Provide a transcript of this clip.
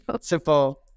simple